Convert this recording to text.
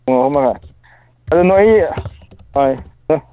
ꯑꯣ ꯑꯍꯨꯝ ꯃꯈꯥꯏ ꯑꯗꯨ ꯅꯣꯏꯒꯤ ꯍꯣꯏ ꯑꯦ